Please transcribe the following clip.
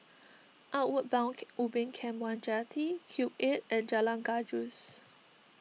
Outward Bound Ubin Camp one Jetty Cube eight and Jalan Gajus